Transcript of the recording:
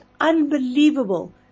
unbelievable